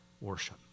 worship